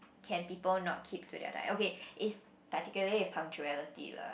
can people not keep to their time okay it's particularly with punctuality lah